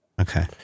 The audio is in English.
Okay